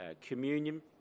communion